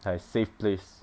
like safe place